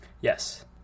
Yes